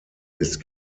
ist